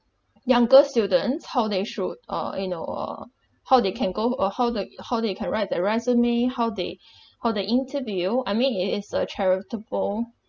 younger students how they should uh you know uh how they can go uh how they how they can write their resume how they how they interview I mean it is a charitable